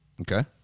okay